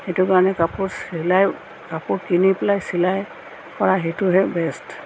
সেইটো কাৰণে কাপোৰ চিলাই কাপোৰ কিনি পেলাই চিলাই কৰা সেইটোহে বেষ্ট